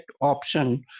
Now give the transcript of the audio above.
option